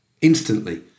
instantly